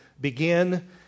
begin